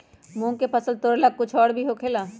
मूंग के फसल तोरेला कुछ और भी होखेला?